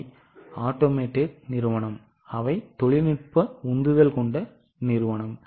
அவை தானியங்கி நிறுவனம் அவை தொழில்நுட்ப உந்துதல் கொண்ட நிறுவனம்